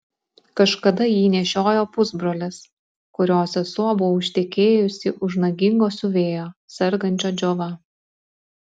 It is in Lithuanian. kažkada jį nešiojo pusbrolis kurio sesuo buvo ištekėjusi už nagingo siuvėjo sergančio džiova